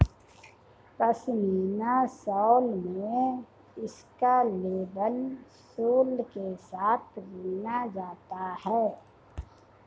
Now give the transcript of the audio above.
pashmina shawl में इसका label sole के साथ बुना जाता है